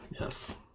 Yes